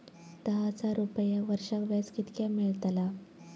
दहा हजार रुपयांक वर्षाक व्याज कितक्या मेलताला?